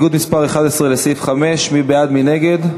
בעד, 15,